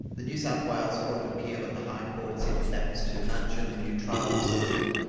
the new south wales court of appeal and the high court said that that was too much and a new trial was ordered.